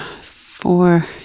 four